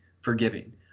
forgiving